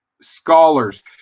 scholars